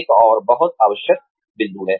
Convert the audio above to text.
एक और बहुत आवश्यक बिंदु